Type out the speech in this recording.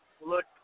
look